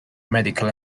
medical